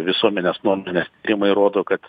visuomenės nuomonės tyrimai rodo kad